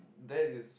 that is